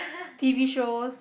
t_v shows